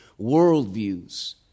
worldviews